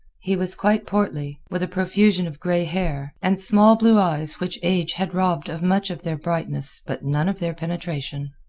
he was quite portly, with a profusion of gray hair, and small blue eyes which age had robbed of much of their brightness but none of their penetration.